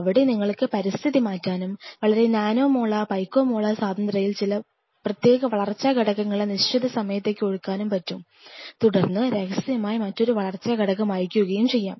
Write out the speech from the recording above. അവിടെ നിങ്ങൾക്ക് പരിസ്ഥിതി മാറ്റാനും വളരെ നാനോ മോളാർ പികോമോളാർ സാന്ദ്രതയിൽ ചില പ്രത്യേക വളർച്ചാ ഘടകങ്ങളെ നിശ്ചിത സമയത്തേക്ക് ഒഴുക്കാനും പറ്റും തുടർന്ന് രഹസ്യമായി മറ്റൊരു വളർച്ചാ ഘടകം അയയ്ക്കുകയും ചെയ്യും